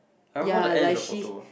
ya like she